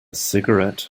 cigarette